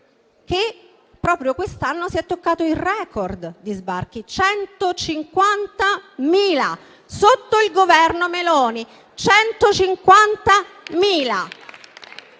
che proprio quest'anno si è toccato il *record* di sbarchi. 150.000! Sotto il Governo Meloni ci